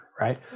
right